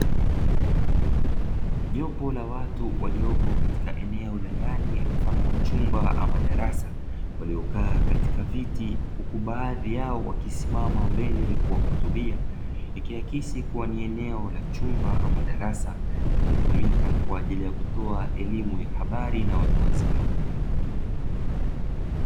Jopo la watu walioko katika eneo la ndani mfano wa chumba ama darasa waliokaa katika viti huku baadhi yao wakisimama mbele kuwahutubia, ikiakisi kuwa ni eneo la chumba ama darasa linalotumika kwa ajili ya kutoa elimu ya habari na watu wazima.